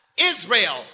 Israel